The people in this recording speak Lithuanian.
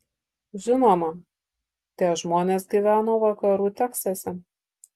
žinoma tie žmonės gyveno vakarų teksase